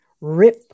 rip